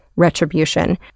retribution